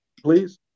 please